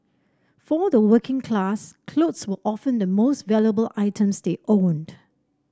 for the working class clothes were often the most valuable items they owned